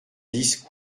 dix